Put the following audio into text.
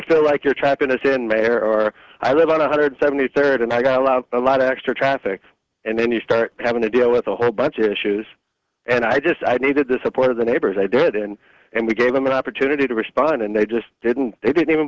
feel like you're trapping as in mayor or i live on one hundred seventy third and i got a lot of a lot of extra traffic and then you start having to deal with a whole bunch of issues and i just i needed the support of the neighbors i didn't and we gave them an opportunity to respond and they just didn't they didn't even